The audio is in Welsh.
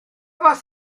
fath